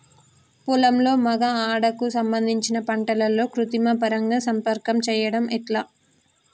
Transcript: పొలంలో మగ ఆడ కు సంబంధించిన పంటలలో కృత్రిమ పరంగా సంపర్కం చెయ్యడం ఎట్ల?